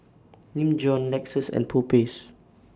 Nin Jiom Lexus and Popeyes